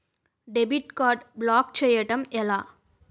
Debit card block చేయటం ఎలా?